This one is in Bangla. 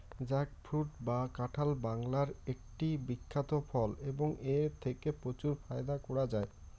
জ্যাকফ্রুট বা কাঁঠাল বাংলার একটি বিখ্যাত ফল এবং এথেকে প্রচুর ফায়দা করা য়ায়